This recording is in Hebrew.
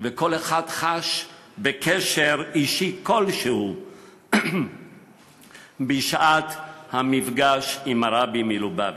וכל אחד חש בקשר אישי כלשהו בשעת המפגש עם הרבי מלובביץ'.